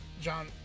John